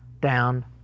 down